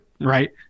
right